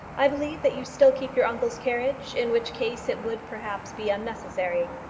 i believe that you still keep your uncle's carriage, in which case it would perhaps be unnecessary.